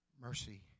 Mercy